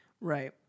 Right